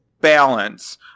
balance